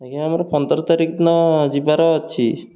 ଆଜ୍ଞା ଆମର ପନ୍ଦର ତାରିଖ ଦିନ ଯିବାର ଅଛି